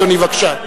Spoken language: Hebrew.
אדוני, בבקשה.